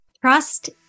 Trust